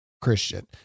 Christian